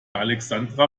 alexandra